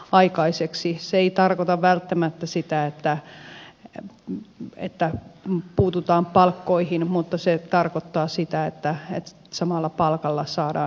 se ei tarkoita välttämättä sitä että puututaan palkkoihin mutta se tarkoittaa sitä että samalla palkalla saadaan enemmän aikaan